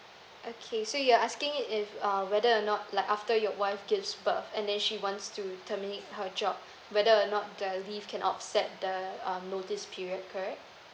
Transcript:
okay so you're asking if uh whether or not like after your wife gives birth and then she wants to terminate her job whether or not the leave can offset the uh notice period correct